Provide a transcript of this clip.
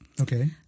Okay